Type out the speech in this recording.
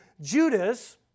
Judas